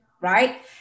right